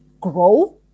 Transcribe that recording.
grow